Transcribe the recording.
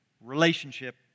relationship